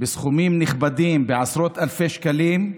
בסכומים נכבדים, עשרות אלפי שקלים,